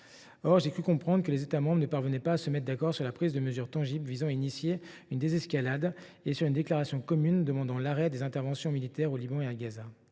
j’ai cru comprendre que les États membres ne parvenaient pas à se mettre d’accord sur des mesures tangibles visant à engager une désescalade comme sur une déclaration commune demandant l’arrêt des interventions militaires au Liban et à Gaza.